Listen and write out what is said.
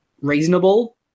reasonable